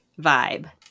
vibe